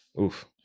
Oof